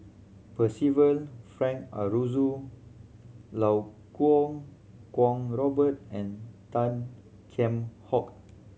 Percival Frank Aroozoo Iau Kuo Kwong Robert and Tan Kheam Hock